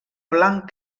blanc